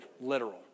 literal